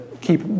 keep